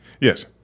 Yes